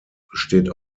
steht